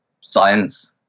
science